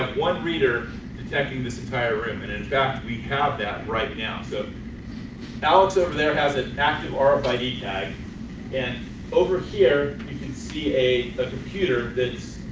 one reader detecting this entire room and in fact we have that right now, so alex over there has an active rfid but ah tag and over here you see a ah computer that